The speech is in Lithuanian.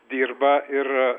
dirba ir